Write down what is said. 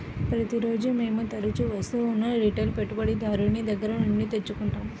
ప్రతిరోజూ మేము తరుచూ వస్తువులను రిటైల్ పెట్టుబడిదారుని దగ్గర నుండి తెచ్చుకుంటాం